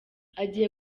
agiye